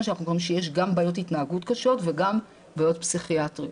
שיש גם בעיות התנהגות קשות וגם בעיות פסיכיאטריות.